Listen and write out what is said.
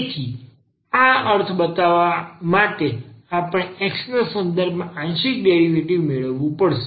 તેથી આ અર્થ બતાવવા માટે આપણે x ના સંદર્ભમાં આંશિક ડેરિવેટિવ મેળવવું પડશે